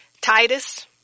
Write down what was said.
Titus